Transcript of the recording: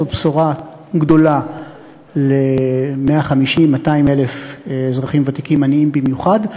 זאת בשורה גדולה ל-150,000 200,000 אזרחים ותיקים עניים במיוחד.